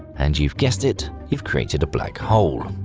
and you've guessed it, you've created a black hole.